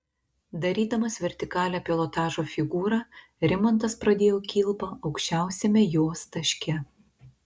darydamas vertikalią pilotažo figūrą rimantas pradėjo kilpą aukščiausiame jos taške